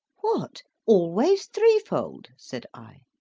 what! always threefold? said i.